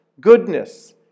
goodness